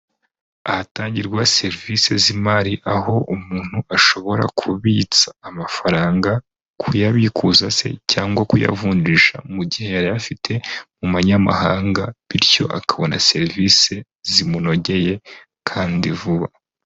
Ahatangirwa serivisi z'imari aho umuntu ashobora kubitsa amafaranga, kuyabikuza se cyangwa kuyavunjisha mu gihe yari afite mu manyamahanga bityo akabona serivisi zimunogeye kandi vuba.